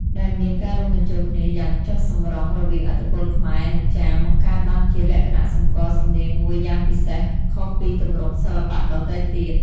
ដែលមានការរួមបញ្ចូលគ្នាយ៉ាងចុះសម្រុងរវាងឥទ្ធិពលខ្មែរ និងចាម បង្កើតបានជាលក្ខណៈសម្គាល់សំនៀងមួយយ៉ាងពិសេសខុសពីទម្រង់សិល្បៈដទៃទៀត។